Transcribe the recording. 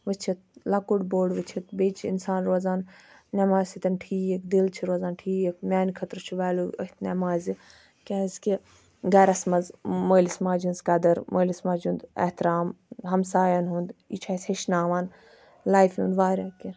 وٕچھِتھ لۄکُٹ بوٚڈ وٕچھِتھ بییٚہِ چھُ اِنسان روزان نماز سۭتۍ ٹھیکھ دِل چھُ روزان ٹھیکھ میانہٕ خٲطرٕ چھُ ویلیو أتھ نٮ۪مازِ کیازکہِ گَرَس مَنٛز مٲلِس ماجہِ ہٕنٛز قَدر مٲلِس ماجہِ ہُنٛد احتِرام ہَمسایَن ہُنٛد یہِ چھِ اَسہِ ہیٚچھناوان لایفہِ ہُنٛد واریاہ کینٛہہ